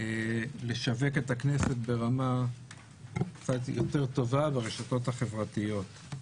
לשווק את הכנסת ברמה קצת יותר טובה ברשתות החברתיות.